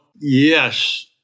yes